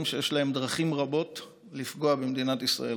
שיש להם דרכים רבות לפגוע במדינת ישראל,